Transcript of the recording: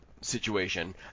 situation